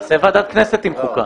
ועדת כנסת עם חוקה.